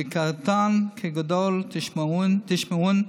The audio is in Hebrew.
כקטֹן כגדֹל תשמעון.